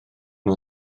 nhw